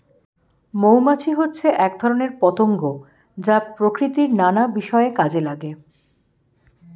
মৌমাছি হচ্ছে এক ধরনের পতঙ্গ যা প্রকৃতির নানা বিষয়ে কাজে লাগে